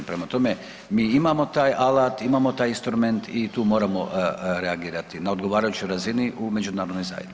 Prema tome, mi imamo taj alat, imamo taj instrument i tu moramo reagirati na odgovarajućoj razini u Međunarodnoj zajednici.